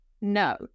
No